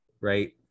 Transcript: Right